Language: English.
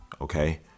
okay